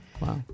Wow